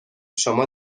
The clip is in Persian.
شما